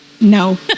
No